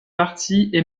partie